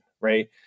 right